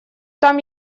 там